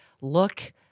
look